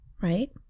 Right